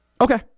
Okay